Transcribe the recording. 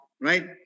right